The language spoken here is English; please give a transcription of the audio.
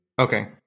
Okay